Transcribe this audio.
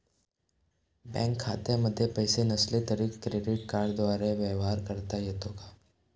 Bank खात्यामध्ये पैसे नसले तरी क्रेडिट कार्डद्वारे व्यवहार करता येतो का?